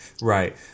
Right